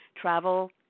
travel